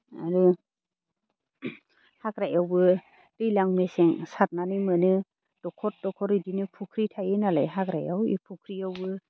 आरो हाग्रायावबो दैज्लां मेसें सारनानै मोनो दखर दखर बिदिनो फुख्रि थायो नालाय हाग्रायाव बे फुख्रियावबो